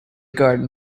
garden